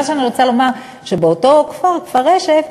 מה שאני רוצה לומר, שבאותו כפר, כפר-רשף,